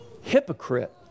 Hypocrite